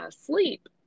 sleep